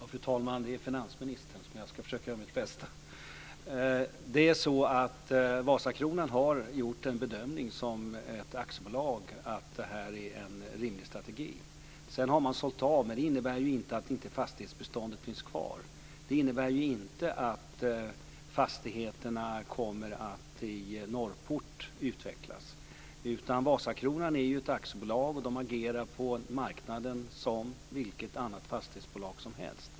Fru talman! Det är finansministerns ansvarsområde, men jag ska försöka göra mitt bästa. Vasakronan har som ett aktiebolag gjort den bedömningen att det här är en rimlig strategi. Sedan har man sålt av, men det innebär inte att inte fastighetsbeståndet finns kvar. Det innebär inte att fastigheterna inte kommer att utvecklas i Norrporten. Vasakronan är ett aktiebolag och agerar på marknaden som vilket annat fastighetsbolag som helst.